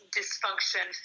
dysfunction